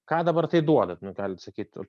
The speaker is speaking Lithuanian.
ką dabar tai duoda nu galit sakyt